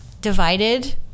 divided